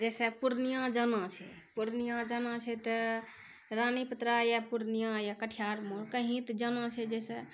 जैसे पूर्णियाँ जाना छै पूर्णियाँ जाना छै तऽ रानी पत्रा या पूर्णियाँ या कटिहारमे कहिं तऽ जाना छै जैसे